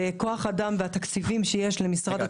וכוח-האדם והתקציבים שיש למשרד התפוצות לא מספקים.